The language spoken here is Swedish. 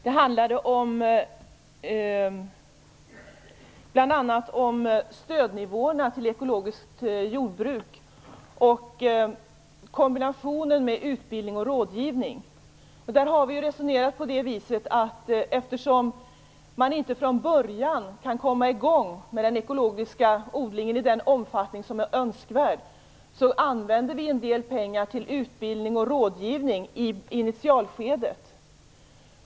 Det handlade bl.a. om stödnivåerna till ekologiskt jordbruk och kombinationen utbildning och rådgivning. Vi har resonerat som så att eftersom man inte från början kan komma igång med den ekologiska odlingen i den omfattning som är önskvärd, använder vi en del pengar till utbildning och rådgivning i initialskedet.